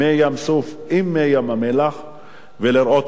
ים-סוף עם מי ים-המלח ולראות את התוצאות.